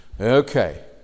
Okay